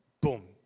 boom